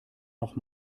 noch